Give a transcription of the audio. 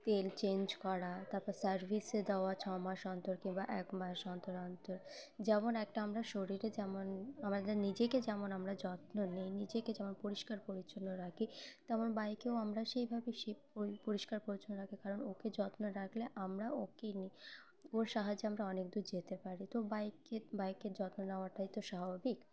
তেল চেঞ্জ করা তারপর সার্ভিসে দেওয়া ছ মাস অন্তর কিংবা এক মাস অন্তর অন্তর যেমন একটা আমরা শরীরে যেমন আমাদের নিজেকে যেমন আমরা যত্ন নিই নিজেকে যেমন পরিষ্কার পরিচ্ছন্ন রাখি তেমন বাইকেও আমরা সেইভাবেই সেই পরিষ্কার পরিচ্ছন্ন রাখি কারণ ওকে যত্ন রাখলে আমরা ওকেই নিই ওর সাহায্যে আমরা অনেক দূর যেতে পারি তো বাইককে বাইকের যত্ন নেওয়াটাই তো স্বাভাবিক